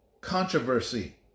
controversy